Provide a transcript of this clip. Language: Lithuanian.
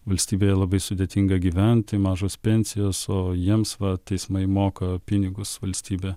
valstybėje labai sudėtinga gyventi mažos pensijos o jiems va teismai moka pinigus valstybė